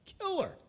killer